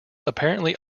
apparently